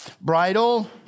bridle